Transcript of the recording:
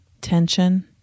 Tension